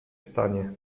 stanie